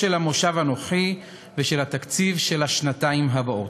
המושב הנוכחי ושל התקציב של השנתיים הבאות.